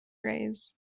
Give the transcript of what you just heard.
rays